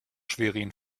schwerin